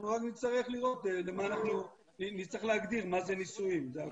אנחנו רק נצטרך להגדיר מה זה נישואים, זה הכול.